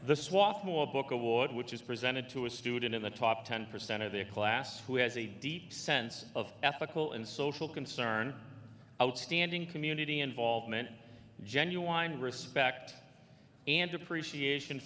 the swath more book award which is presented to a student in the top ten percent of their class who has a deep sense of ethical and social concern outstanding community involvement genuine respect and appreciation